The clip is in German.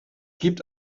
gibt